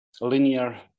linear